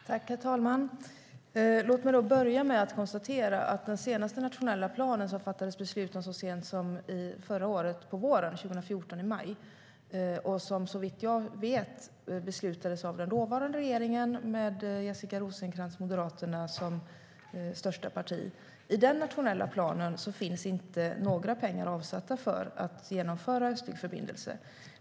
Herr talman! Låt mig börja med att konstatera att det fattades beslut om den senaste nationella planen så sent som förra året på våren, i maj 2014. Såvitt jag vet beslutades den av den dåvarande regeringen med Jessica Rosencrantz Moderaterna som största parti. I den nationella planen finns det inte några pengar avsatta för att genomföra en östlig förbindelse.